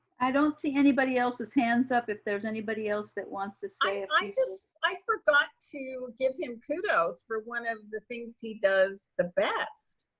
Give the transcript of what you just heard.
i don't see anybody else's hands up. if there's anybody else that wants to say and i just, i forgot to give him kudos for one of the things he does the best,